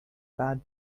bad